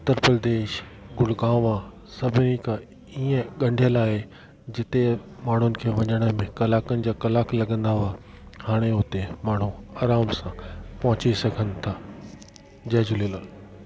उत्तर प्रदेश गुड़गांव सभई खां ईअं ॻंढियल आहे जिते माण्हुनि खे वञण में कलाकनि जा कलाक लॻंदा हुआ हाणे हुते माण्हू आराम सां पहुची सघनि था जय झूलेलाल